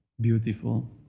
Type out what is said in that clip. beautiful